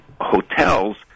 hotels